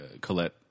Colette